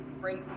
great